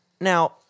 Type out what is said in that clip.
Now